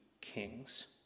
kings